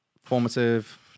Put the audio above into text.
formative